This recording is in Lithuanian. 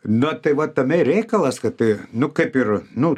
na tai va tame i reikalas kad nu kaip ir nu